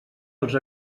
els